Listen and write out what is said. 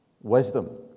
wisdom